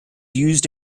used